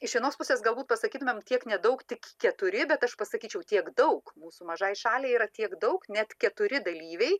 iš vienos pusės galbūt pasakytumėm tiek nedaug tik keturi bet aš pasakyčiau tiek daug mūsų mažai šaliai yra tiek daug net keturi dalyviai